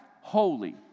holy